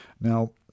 Now